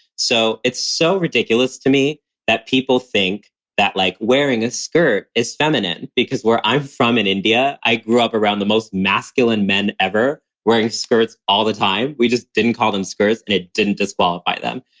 so it's so ridiculous to me that people think that, like, wearing a skirt is feminine, because where i'm from in india, i grew up around the most masculine men ever wearing skirts all the time. we just didn't call them skirts and it didn't disqualify them.